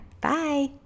Bye